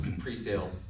pre-sale